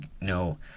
no